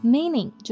Meaning